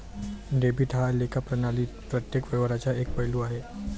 debit हा लेखा प्रणालीतील प्रत्येक व्यवहाराचा एक पैलू आहे